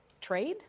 trade